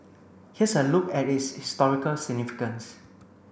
here's a look at its historical significance